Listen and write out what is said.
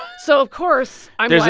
so of course, i'm like.